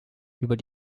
über